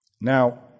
Now